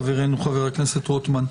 חברנו חבר הכנסת רוטמן.